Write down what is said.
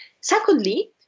Secondly